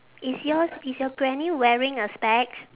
is yours is your granny wearing a specs